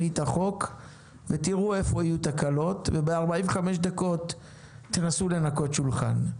את החוק ותראו איפה יהיו תקלות וב-45 דקות נסו לנקות שולחן.